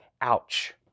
Ouch